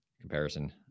comparison